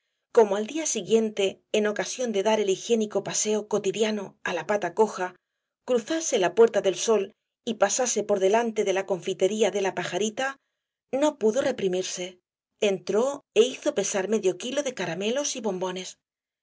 como al día siguiente en ocasión de dar el higiénico paseo cotidiano á la pata coja cruzase la puerta del sol y pasase por delante de la confitería de la pajarita no pudo reprimirse entró é hizo pesar medio kilo de caramelos y bombones los